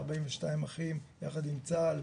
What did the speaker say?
42 אחים יחד עם צה"ל,